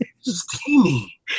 steamy